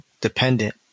dependent